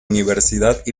universidad